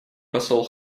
посол